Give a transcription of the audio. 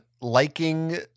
liking